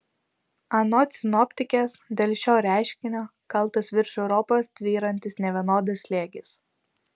anot sinoptikės dėl šio reiškinio kaltas virš europos tvyrantis nevienodas slėgis